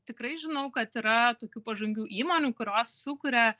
tikrai žinau kad yra tokių pažangių įmonių kurios sukuria